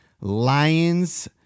Lions